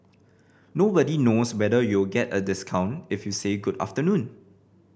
nobody knows whether you'll get a discount if you say Good afternoon